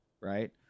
right